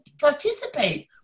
participate